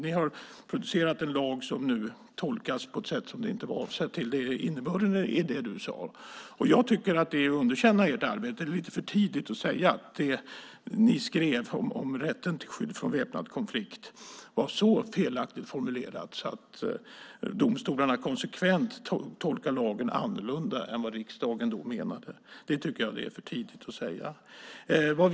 Ni har producerat en lag som nu tolkas på ett sätt som inte var avsett. Det är innebörden i det du sade. Jag tycker att det är att underkänna ert arbete, men det är lite för tidigt att säga det. Det ni skrev om rätten till skydd från väpnad konflikt var så felaktigt formulerat att domstolarna konsekvent tolkar lagen annorlunda än vad riksdagen menade. Men jag tycker som sagt att det är för tidigt att säga det.